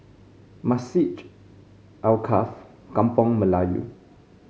Masjid Alkaff Kampung Melayu